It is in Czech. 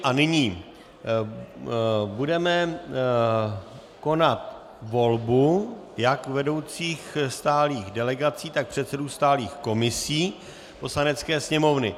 A nyní budeme konat volbu jak vedoucích stálých delegací, tak předsedů stálých komisí Poslanecké sněmovny.